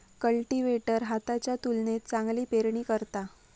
cultivator हाताच्या तुलनेत चांगली पेरणी करता